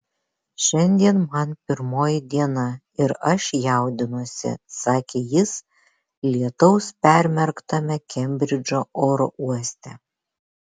šiandien man pirmoji diena ir aš jaudinuosi sakė jis lietaus permerktame kembridžo oro uoste